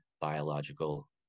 biological